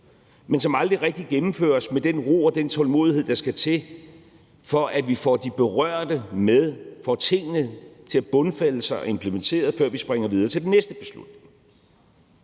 men som aldrig rigtig gennemføres med den ro og den tålmodighed, der skal til, for at vi får de berørte med og får tingene til at bundfælde sig og implementeret, før vi springer videre til den næste beslutning.